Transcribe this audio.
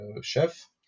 chef